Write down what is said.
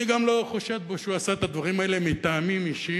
אני גם לא חושד בו שהוא עשה את הדברים האלה מטעמים אישיים,